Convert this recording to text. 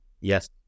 Yes